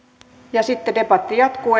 ja sitten debatti jatkuu